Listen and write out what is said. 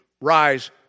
Rise